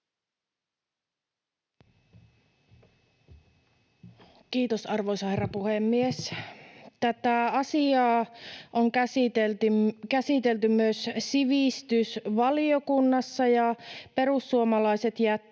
Kiitos, arvoisa herra puhemies! Tätä asiaa on käsitelty myös sivistysvaliokunnassa, ja perussuomalaiset jättivät